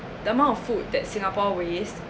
the amount of food that singapore waste